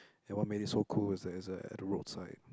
and what made it so cool is that it's at the roadside